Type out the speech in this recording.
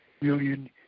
million